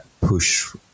push